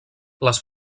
les